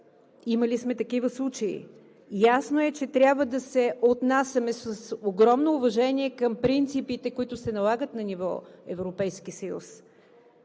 имали сме такива случаи. Ясно е, че трябва да се отнасяме с огромно уважение към принципите, които се налагат на ниво Европейски съюз,